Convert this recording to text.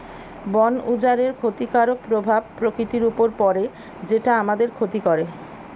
বন উজাড়ের ক্ষতিকারক প্রভাব প্রকৃতির উপর পড়ে যেটা আমাদের ক্ষতি করে